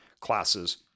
classes